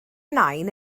nain